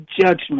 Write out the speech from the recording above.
judgment